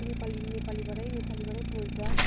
नेपाली नेपालीबाटै नेपालीबाटै बोल्छ